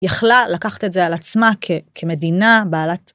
יכלה לקחת את זה על עצמה כמדינה, בעלת.